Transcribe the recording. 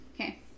okay